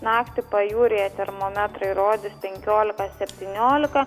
naktį pajūryje termometrai rodys penkiolika septyniolika